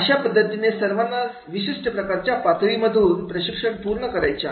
अशा पद्धतीने सर्वांना विशिष्ट प्रकारच्या पातळी मधून प्रशिक्षण पूर्ण करायचे आहे